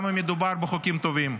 גם אם מדובר בחוקים טובים.